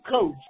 coach